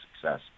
success